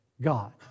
God